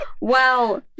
Wow